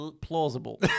plausible